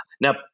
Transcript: Now